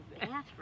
bathroom